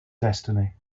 destiny